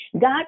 God